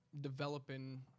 developing